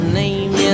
name